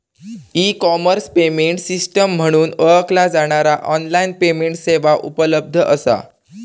E commerce payment system म्हणून ओळखला जाणारा ऑनलाइन पेमेंट सेवा उपलब्ध असा